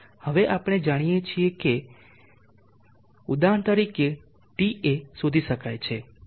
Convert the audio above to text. હવે આપણે જાણીએ કે ચાલો કહીએ ઉદાહરણ તરીકે TA શોધી શકાય છે